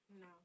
No